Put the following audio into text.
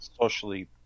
socially